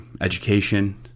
education